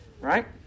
right